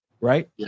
right